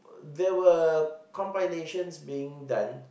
there were compilations being done